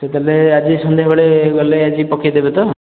ତ ତା'ହେଲେ ଆଜି ସନ୍ଧ୍ୟାବେଳେ ଗଲେ ଆଜି ପକେଇଦେବେ ତ